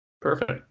Perfect